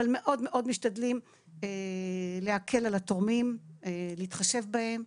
אבל מאוד-מאוד משתדלים להקל על התורמים ולהתחשב בהם.